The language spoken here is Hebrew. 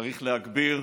צריך להגביר,